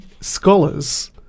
scholars